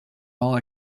all